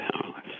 powerless